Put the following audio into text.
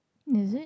is it